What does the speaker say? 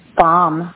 bomb